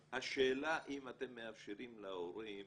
השאלה אם אתם מאפשרים להורים